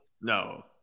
no